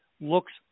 looks